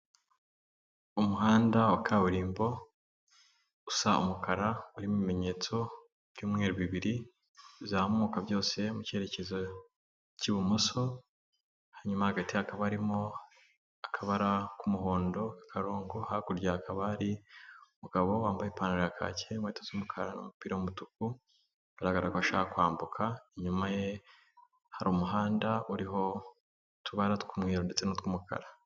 Umuhanda wa kaburimbo usa umukara urimo ibimenyetso by'umweru bibiri bizamuka byose mu cyerekezo cy'ibumoso, hanyuma hagati hakaba harimo akabara k'umuhondo k'akarongo, hakurya ha kaba ari umugabo wambaye ipantaro ya kake inkweto z'umukara n'umupira w'umutuku bigaragara ko ashaka kwambuka, inyuma ye hari umuhanda uriho utubara tw'umweru ndetse n'utw'umukara.